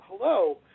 hello